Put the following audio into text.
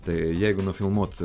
tai jeigu nufilmuot